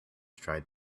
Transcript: tried